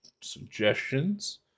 suggestions